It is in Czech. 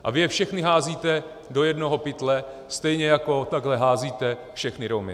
A vy je všechny házíte do jednoho pytle, stejně jako takhle házíte všechny Romy.